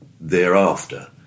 thereafter